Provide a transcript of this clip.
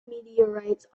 meteorites